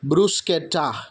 Bruce કેટા